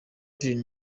pierre